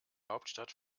hauptstadt